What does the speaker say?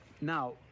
now